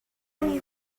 you